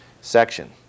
section